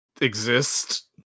Exist